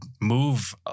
move